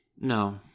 No